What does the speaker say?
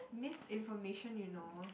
misinformation you know